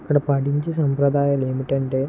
అక్కడ పాటించే సంప్రదాయాలు ఏమిటంటే